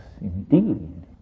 indeed